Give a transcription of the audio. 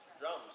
Drums